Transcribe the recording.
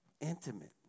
Intimate